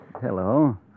Hello